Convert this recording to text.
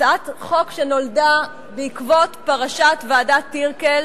הצעת חוק שנולדה בעקבות פרשת ועדת-טירקל,